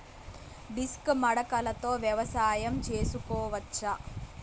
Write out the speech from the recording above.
Disc మడకలతో వ్యవసాయం చేసుకోవచ్చా??